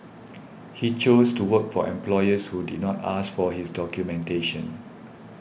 he chose to work for employers who did not ask for his documentation